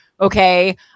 okay